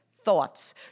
Thoughts